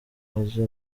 aja